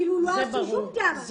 זה ברור.